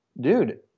dude